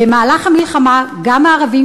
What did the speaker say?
במהלך המלחמה גם הערבים,